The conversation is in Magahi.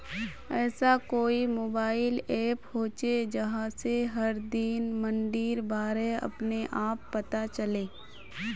ऐसा कोई मोबाईल ऐप होचे जहा से हर दिन मंडीर बारे अपने आप पता चले?